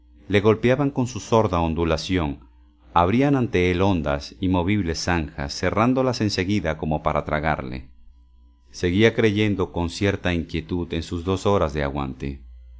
le golpeaban con su sorda ondulación abrían ante él hondas y movibles zanjas cerrándolas en seguida como para tragarle seguía creyendo pero con cierta inquietud en sus dos horas de aguante